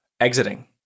exiting